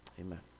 Amen